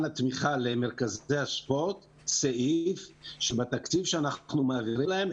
התמיכה למרכזי הספורט סעיף שבתקציב שאנחנו מעבירים להם,